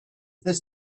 this